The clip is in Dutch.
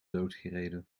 doodgereden